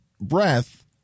breath